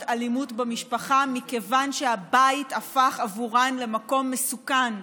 אלימות במשפחה מכיוון שהבית הפך עבורן למקום מסוכן,